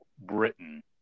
Britain